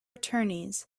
attorneys